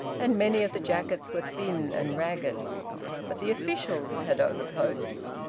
and many of the jackets were thin and ragged but the officials had overcoats.